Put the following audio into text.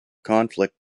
conflict